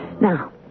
Now